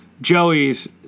Joey's